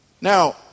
Now